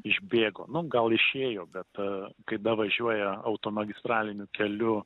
išbėgo nu gal išėjo bet kada važiuoja automagistraliniu keliu